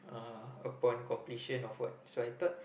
uh upon completion of what so I thought